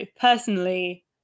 personally